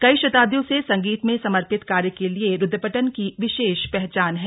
कई शताब्दियों से संगीत में समर्पित कार्य के लिए रूद्रपट्टन की विशेष पहचान है